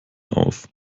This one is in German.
auf